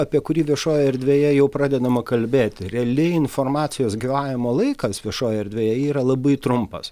apie kurį viešojoje erdvėje jau pradedama kalbėti realiai informacijos gyvavimo laikas viešojoje erdvėje yra labai trumpas